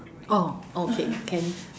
oh okay can